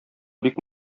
бик